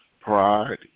pride